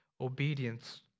obedience